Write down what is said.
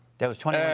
that was twenty ah